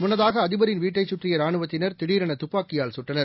முன்னதாக அதிபரின் வீட்டைச் சுற்றியரானுவத்தினர் திடரெனதுப்பாக்கியால் சுட்டனர்